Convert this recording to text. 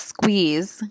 Squeeze